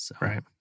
right